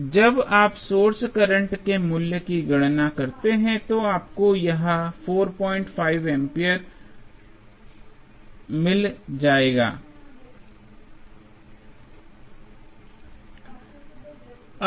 इसलिए जब आप सोर्स करंट के मूल्य की गणना करते हैं तो यह 45 एम्पीयर हो जाता है